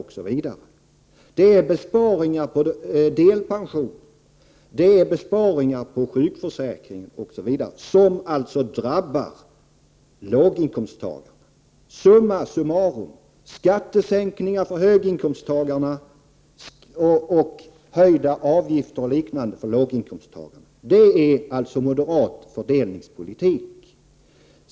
Det gäller också besparingar i fråga om delpensionen, sjukförsäkringen etc., som drabbar låginkomsttagarna. Summa summarum: skattesänkningar för höginkomsttagarna och höjda avgifter etc. för låginkomsttagarna. Det är moderat fördelningspolitik.